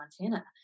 Montana